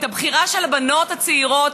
את הבחירה של הבנות הצעירות,